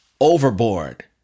overboard